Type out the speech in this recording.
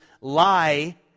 lie